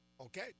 okay